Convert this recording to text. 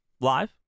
live